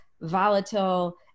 volatile